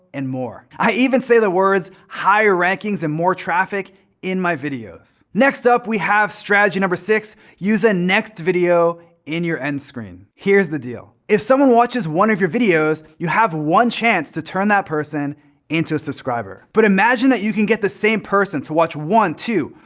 and more. i even say the words higher rankings and more traffic in my videos. next up we have strategy number six, use a next video in your end screen. here's the deal. if someone watches one of your videos, you have one chance to turn that person into a subscriber. but imagine that you can get the same person to watch one, two,